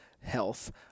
health